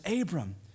Abram